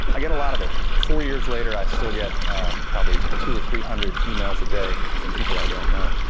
i get a lot of it. four years later, i still get probably two or three hundred emails a day from people i don't know,